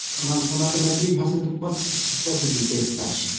ओना ओना तऽ मैथिली भाषाके बद बड्ड विशेषता छै